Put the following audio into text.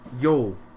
yo